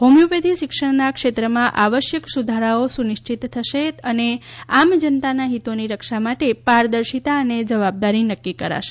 homeopathy શિક્ષણના ક્ષેત્રમાં આવશ્યક સુધારાઓ સુનિશ્ચિત થશે અને આમ જનતાના હીતોની રક્ષા માટે પારદર્શિતા અને જવાબદારી નક્કી કરાશે